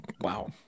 Wow